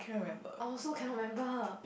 I also cannot remember